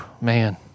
Man